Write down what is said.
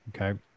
okay